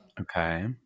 okay